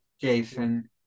jason